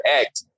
act